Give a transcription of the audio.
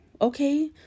okay